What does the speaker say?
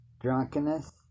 drunkenness